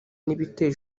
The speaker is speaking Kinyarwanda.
n’ibitero